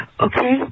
okay